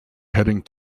heading